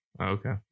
okay